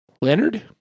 Leonard